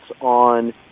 on